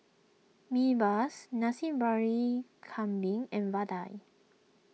Mee bus Nasi Briyani Kambing and Vadai